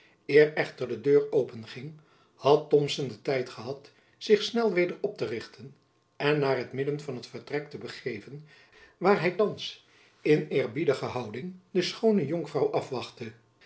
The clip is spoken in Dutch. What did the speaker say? echter de deur openging had thomson den tijd gehad zich snel weder op te richten en naar het midden van het vertrek te begeven waar hy thands in eerbiedige jacob van lennep elizabeth musch houding de schoone jonkvrouw afwachtte